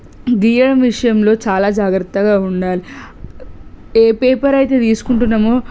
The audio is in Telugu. గీయడం విషయంలో చాలా జాగ్రత్తగా ఉండాలి ఏ పేపరైతే తీసుకుంటున్నామో